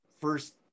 first